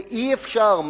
ואי-אפשר,